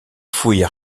fouilles